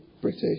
British